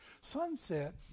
Sunset